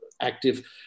active